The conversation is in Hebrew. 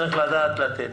צריך לדעת לתת.